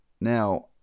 Now